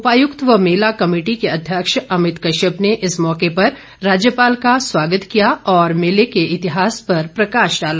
उपायुक्त व मेला कमेटी के अध्यक्ष अभित कश्यप ने इस मौके पर राज्यपाल का स्वागत किया और मेले के इतिहास पर प्रकाश डाला